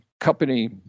company